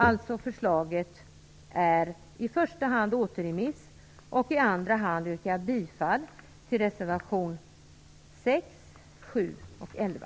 Mitt yrkande är i första hand återremiss, i andra hand bifall till reservationerna 6, 7 och 11.